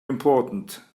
important